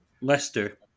Leicester